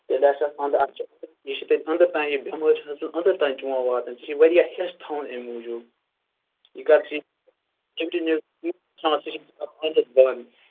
تیلہِ آسہِ اَتھ اَندرٕ تہِ یہِ یہِ چھِ تیلہِ اَندر تانۍ یہِ بیمٲرۍ چھِ سُہ اَندر تانۍ تہِ وۄنۍ واتٕنۍ ژےٚ چھُی واریاہ ہٮ۪س تھاوُن اَمہِ موٗجوٗب